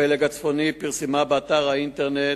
הפלג הצפוני, פרסמה באתר האינטרנט